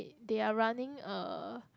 they are running a